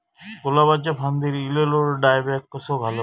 गुलाबाच्या फांदिर एलेलो डायबॅक कसो घालवं?